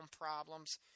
problems